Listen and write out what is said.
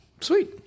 Sweet